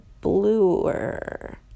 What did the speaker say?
bluer